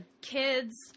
kids